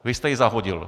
Vy jste ji zahodil!